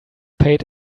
paid